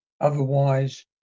Otherwise